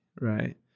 right